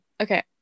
okay